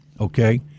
okay